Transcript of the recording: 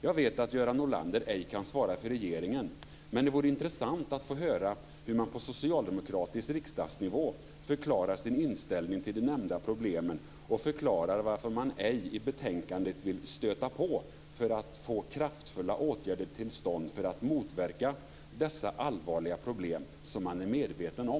Jag vet att Göran Norlander ej kan svara för regeringen, men det vore intressant att få höra hur man på socialdemokratisk riksdagsnivå förklarar sin inställning till de nämnda problemen och förklarar varför man ej i betänkandet vill stöta på för att få kraftfulla åtgärder till stånd för att motverka dessa allvarliga problem, som man är medveten om.